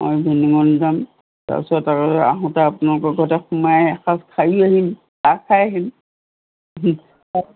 মই ইভিনিঙত যাম তাৰপিছত আৰু আহোঁতে আপোনালোকৰ ঘৰতে সোমাই এসাঁজ খায়ো আহিম খাই আহিম